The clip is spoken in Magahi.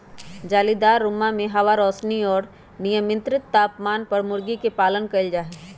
जालीदार रुम्मा में हवा, रौशनी और मियन्त्रित तापमान पर मूर्गी के पालन कइल जाहई